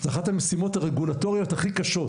זוהי אחת המשימות הרגולטוריות הכי קשות,